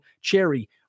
cherry